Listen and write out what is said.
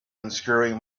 unscrewing